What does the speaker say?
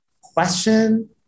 Question